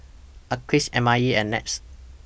Acres M I E and Nets